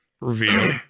reveal